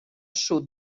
sud